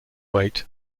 weight